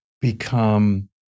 become